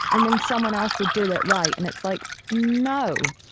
and then someone else will do it right. and it's like, no,